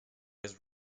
his